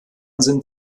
sind